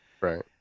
Right